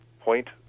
point